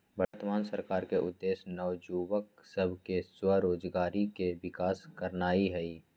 वर्तमान सरकार के उद्देश्य नओ जुबक सभ में स्वरोजगारी के विकास करनाई हई